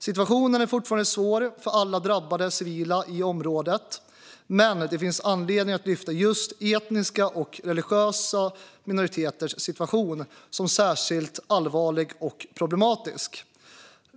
Situationen är fortfarande svår för alla drabbade civila i området, men det finns anledning att lyfta just etniska och religiösa minoriteters situation som särskilt allvarlig och problematisk.